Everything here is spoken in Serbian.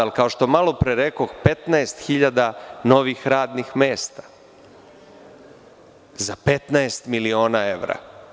Ali, kao što malopre rekoh, 15 hiljada novih radnih mesta za 15 miliona evra.